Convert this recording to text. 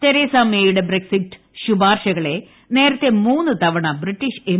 Theresa മേയുടെ Brexit ശുപാർശകളെ നേരത്തെ മൂന്ന് തവണ ബ്രിട്ടീഷ് എം